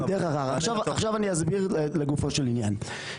עכשיו אני אסביר לגופו של עניין.